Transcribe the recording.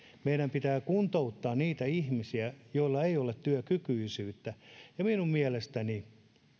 meidän pitää kuntouttaa niitä ihmisiä joilla ei ole työkykyisyyttä minun mielestäni